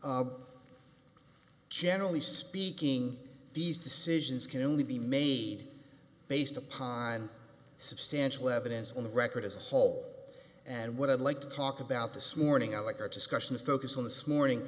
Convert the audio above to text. futility generally speaking these decisions can only be made based upon the substantial evidence on the record as a whole and what i'd like to talk about the sworn in i like our discussions focus on this morning